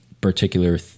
particular